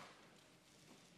תודה,